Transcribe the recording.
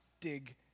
dig